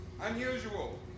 unusual